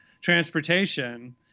transportation